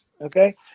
Okay